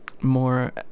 more